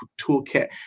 toolkit